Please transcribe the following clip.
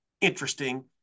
interesting